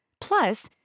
Plus